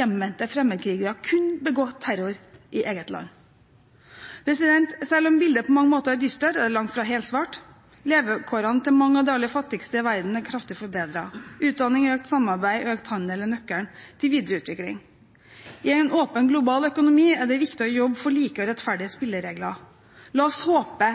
hjemvendte fremmedkrigere kunne begå terror i eget land. Selv om bildet på mange måter er dystert, er det langt fra helsvart. Levekårene til mange av de aller fattigste i verden er kraftig forbedret. Utdanning, økt samarbeid og økt handel er nøkkelen til videre utvikling. I en åpen global økonomi er det viktig å jobbe for like og rettferdige spilleregler. La oss håpe